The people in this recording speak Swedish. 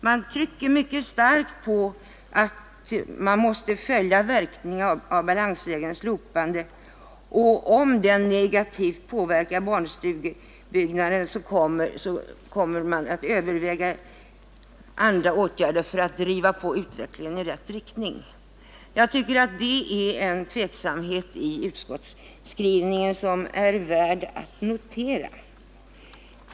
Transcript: Man trycker mycket starkt på att vi måste studera verkningarna av balansregelns slopande. Om den negativt skulle påverka barnstugeutbyggnaden, kommer man att överväga andra åtgärder för att föra in utvecklingen i rätt riktning. Jag tycker att denna tveksamhet i utskottets skrivning är värd att understryka.